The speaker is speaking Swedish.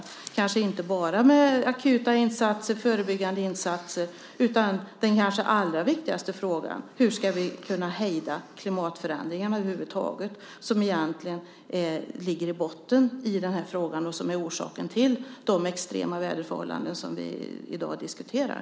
Det räcker kanske inte bara med akuta och förebyggande insatser. Den allra viktigaste frågan är hur vi över huvud taget ska hejda klimatförändringarna. Det är de som ligger i botten på frågan och är orsaken till de extrema väderförhållanden som vi i dag diskuterar.